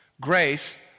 grace